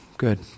Good